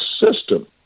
system